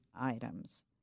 items